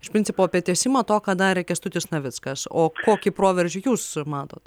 iš principo apie tęsimą to ką darė kęstutis navickas o kokį proveržį jūs matot